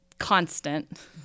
constant